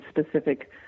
specific